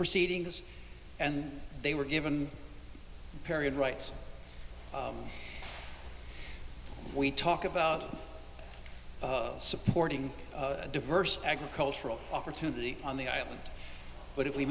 proceedings and they were given period rights we talk about supporting diverse agricultural opportunity on the island but if we